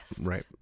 right